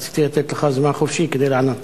רציתי לתת לך זמן חופשי כדי לענות.